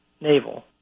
naval